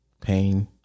pain